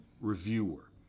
reviewer